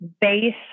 base